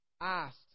asked